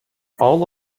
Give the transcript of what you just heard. all